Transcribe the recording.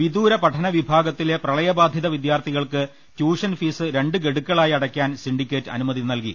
വിദൂര പഠന വിഭാഗത്തിലെ പ്രളയബാധിത വിദ്യാർത്ഥി കൾക്ക് ട്യൂഷൻഫീസ് രണ്ട് ഗഡുക്കളായി അടയ്ക്കാൻ സിണ്ടിക്കേറ്റ് അനുമതി നൽകി